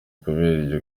kubera